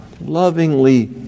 Lovingly